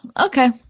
Okay